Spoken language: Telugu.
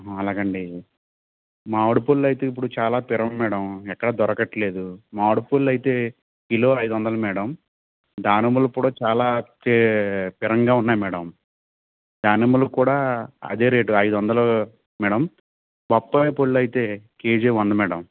అలాగా అండీ మావిడి పళ్ళు అయితే ఇప్పుడు చాలా ప్రియం మేడం ఎక్కడా దొరకటల్లేదు మావిడి పళ్ళు అయితే కిలో ఐదు వందలు మేడం దానిమ్మలు కూడా చాలా పీ ప్రియంగా ఉన్నాయి మేడం దానిమ్మలు కూడా అదే రేటు ఐదు వందలు మేడం బొప్పాయి పళ్ళు అయితే కేజీ వంద మేడం